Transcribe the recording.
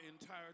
entire